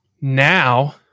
Now